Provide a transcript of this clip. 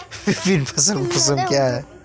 विभिन्न फसल मौसम क्या हैं?